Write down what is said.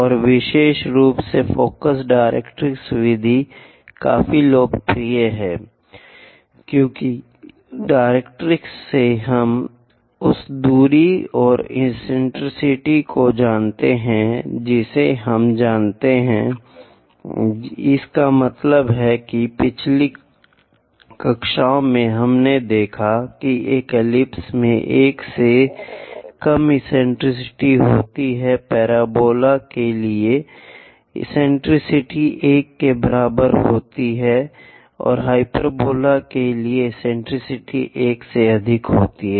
और विशेष रूप से फोकस डायरेक्ट्रिक्स विधि काफी लोकप्रिय है एक क्योंकि डायरेक्ट्रिक्स से हम उस दूरी और एक्सेंट्रिसिटी को जानते हैं जिसे हम जानते हैं इसका मतलब है पिछली कक्षाओं में हमने देखा है कि एक एलिप्स में 1 से कम एक्सेंट्रिसिटी होती है पराबोला के लिए एक्सेंट्रिसिटी 1 के बराबर होती है और हाइपरबोला के लिए एक्सेंट्रिसिटी 1 से अधिक होती है